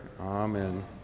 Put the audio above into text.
Amen